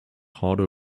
harder